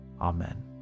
Amen